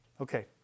Okay